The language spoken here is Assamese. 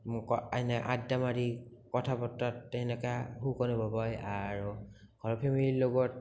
মোক এনেকে আড্ডা মাৰি কথা বতৰা তেনেকুৱা সুখ অনুভৱ হয় আৰু ঘৰৰ ফেমেলিৰ লগত